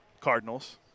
Cardinals